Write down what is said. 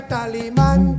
Tallyman